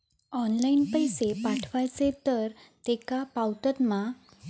Online पैसे पाठवचे तर तेका पावतत मा?